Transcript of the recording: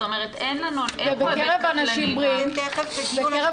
זאת אומרת פה --- ובקרב אנשים שמוגדרים